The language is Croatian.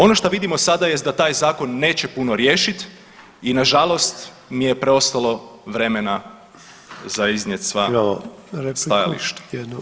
Ono što vidimo sada jest da taj zakon neće puno riješiti i na žalost nije mi preostalo vremena za iznijet sva stajališta.